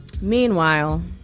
Meanwhile